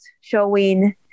showing